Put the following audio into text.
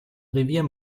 revier